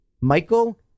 Michael